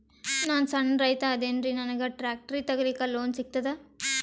ನಾನ್ ಸಣ್ ರೈತ ಅದೇನೀರಿ ನನಗ ಟ್ಟ್ರ್ಯಾಕ್ಟರಿ ತಗಲಿಕ ಲೋನ್ ಸಿಗತದ?